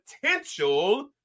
potential